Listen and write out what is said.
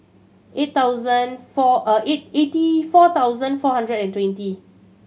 eight thousand eight eighty four thousand four hundred and twenty